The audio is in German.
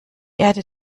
erde